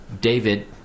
David